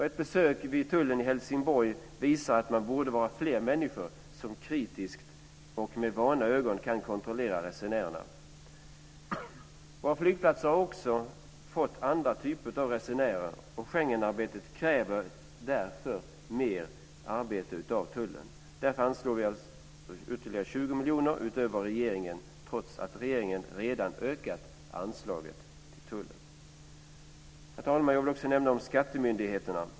Ett besök vid tullen i Helsingborg visar att man borde vara fler människor som kritiskt och med vana ögon kan kontrollera resenärerna. Våra flygplatser har också fått andra typer av resenärer. Schengenarbetet kräver därför mer arbete av tullen. Därför vill vi alltså anslå ytterligare 20 miljoner utöver regeringens förslag, trots att regeringen redan ökat anslaget till tullen. Herr talman! Jag vill också nämna skattemyndigheterna.